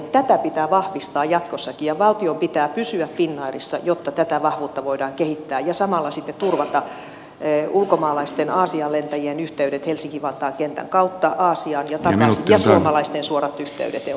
tätä pitää vahvistaa jatkossakin ja valtion pitää pysyä finnairissa jotta tätä vahvuutta voidaan kehittää ja samalla sitten turvata ulkomaalaisten aasiaan lentävien yhteydet helsinkivantaan kentän kautta aasiaan ja takaisin ja suomalaisten suorat yhteydet eurooppaan